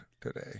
today